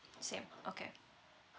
same okay